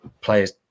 players